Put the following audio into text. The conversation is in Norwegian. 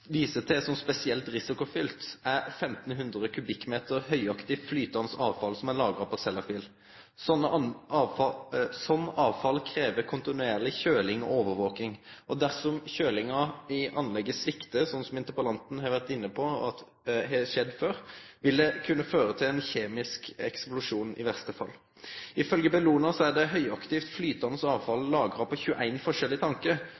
spesielt risikofylt, er 1 500 m3 høgaktivt flytande avfall som er lagra på Sellafield. Sånt avfall krev kontinuerleg kjøling og overvaking. Dersom kjølinga til tankanlegget sviktar, sånn som interpellanten var inne på at har skjedd før, vil det i verste fall kunne føre til ein kjemisk eksplosjon. Ifølgje Bellona er det høgaktivt flytande